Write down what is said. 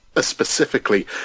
specifically